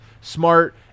smart